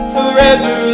Forever